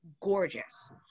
gorgeous